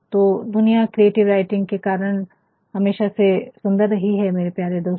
तो दुनिया creative writing के कारण हमेशा से सुन्दर रही है मेरे प्यारे दोस्तों